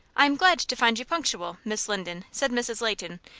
i am glad to find you punctual, miss linden, said mrs. leighton,